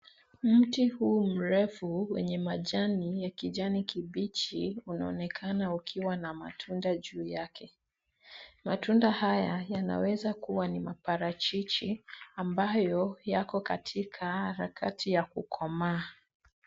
Mti huu mrefu wenye majani ya kijani kibichi unaonekana ukiwa na matunda juu yake. Matunda haya yanaweza kuwa ni maparachichi, ambayo yako katika harakati ya kukomaa.